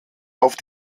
auf